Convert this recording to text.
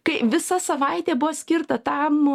kai visa savaitė buvo skirta tam